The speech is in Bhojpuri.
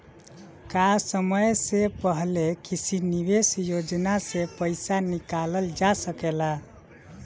का समय से पहले किसी निवेश योजना से र्पइसा निकालल जा सकेला?